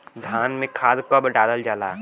धान में खाद कब डालल जाला?